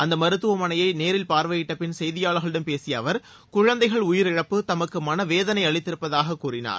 அந்த மருத்துவமனையை நேரில் பார்வையிட்ட பின் செய்தியாளர்களிடம் பேசிய அவர் குழந்தைகள் உயிரிழப்பு தமக்கு மன வேதனை அளித்திருப்பதாக கூறினார்